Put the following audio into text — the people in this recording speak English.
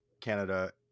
canada